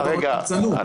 רגע, רגע.